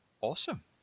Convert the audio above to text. Awesome